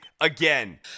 again